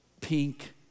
pink